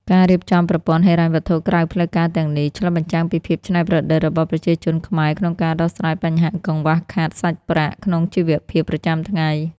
ការរៀបចំប្រព័ន្ធហិរញ្ញវត្ថុក្រៅផ្លូវការទាំងនេះ ឆ្លុះបញ្ចាំងពីភាពច្នៃប្រឌិតរបស់ប្រជាជនខ្មែរក្នុងការដោះស្រាយបញ្ហាកង្វះខាតសាច់ប្រាក់ក្នុងជីវភាពប្រចាំថ្ងៃ។